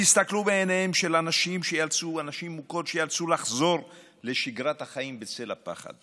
תסתכלו בעיניהן של נשים מוכות שייאלצו לחזור לשגרת החיים בצל הפחד